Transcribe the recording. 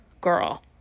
girl